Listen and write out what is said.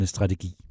Strategi